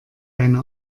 deine